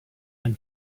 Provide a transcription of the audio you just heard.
and